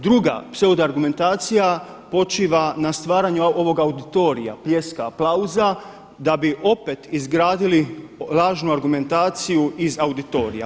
Druga pseudo argumentacija počiva na stvaranju ovog auditorija, pljeska, aplauza da bi opet izgradili važnu argumentaciju iz auditorija.